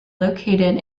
located